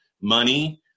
money